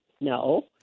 No